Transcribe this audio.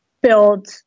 build